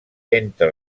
entre